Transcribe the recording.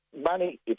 money